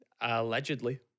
Allegedly